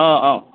অঁ অঁ